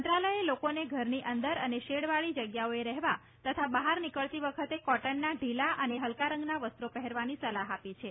મંત્રાલયે લોકોને ઘરની અંદર અને શેડ વાળી જગ્યાઓએ રહેવા તથા બહાર નીકળતી વખતે કોટનના ઢીબા અને હલ્કા રંગના વસ્ત્રો પહેરવાની સલાહ આપી છે